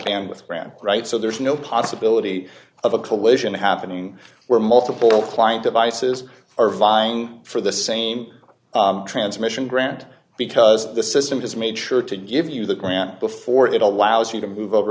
grant rights so there's no possibility of a collision happening where multiple client devices are vying for the same transmission grant because the system just made sure to give you the grant before it allows you to move over